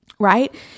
Right